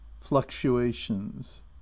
fluctuations